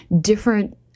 different